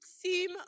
seem